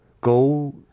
go